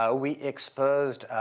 ah we exposed